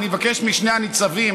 אני מבקש משני הניצבים,